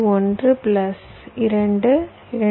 1 plus 2 2